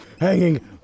hanging